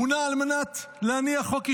מונה על מנת להניע חוק השתמטות.